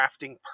crafting